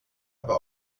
aber